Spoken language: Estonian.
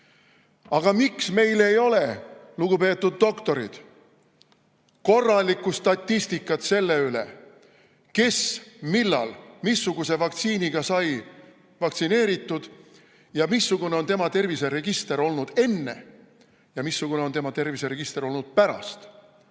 Aga miks meil ei ole, lugupeetud doktorid, korralikku statistikat selle üle, kes, millal ja missuguse vaktsiiniga sai vaktsineeritud ning missugune on tema terviseregister olnud enne ja missugune on tema terviseregister olnud pärast?